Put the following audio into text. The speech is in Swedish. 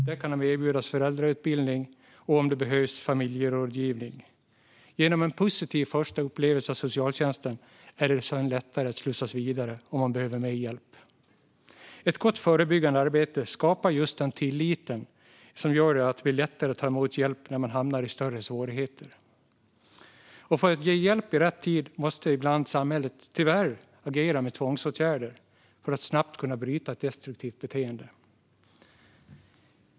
Där kan de erbjudas föräldrautbildning och, om det behövs, familjerådgivning. Genom en positiv första upplevelse av socialtjänsten är det lättare att slussas vidare om man behöver mer hjälp. Ett gott förebyggande arbete skapar just den tillit som gör att det blir lättare att ta emot hjälp när man hamnar i större svårigheter. För att ge rätt hjälp i rätt tid måste samhället ibland tyvärr agera med tvångsåtgärder för att snabbt kunna bryta ett destruktiv beteende.